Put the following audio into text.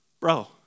bro